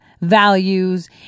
values